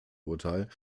urteil